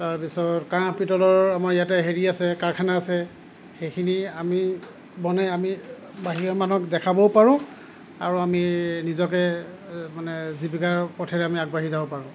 তাৰ পিছত কাঁহ পিতলৰ হেৰি আছে কাৰখানা আছে সেইখিনি আমি বনাই আমি বাহিৰৰ মানুহক দেখাব পাৰোঁ আৰু আমি নিজকে মানে জীৱিকাৰ পথেৰে আগবাঢ়ি যাব পাৰোঁ